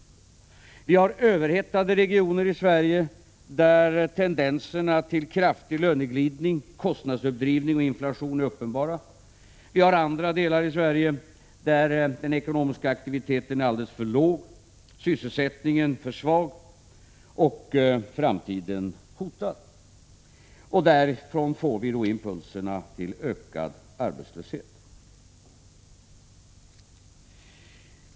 Vi har överhettade regioner i Sverige där tendenserna till kraftig löneglidning, kostnadsuppdrivning och inflation är uppenbara. I andra delar av Sverige är den ekonomiska aktiviteten alldeles för låg, sysselsättningen för svag och framtiden hotad. Därifrån får vi då impulserna till ökad arbetslöshet.